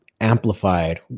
amplified